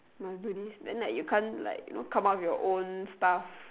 must do this then like you can't like you know come up with your own stuff